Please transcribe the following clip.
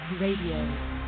Radio